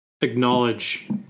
acknowledge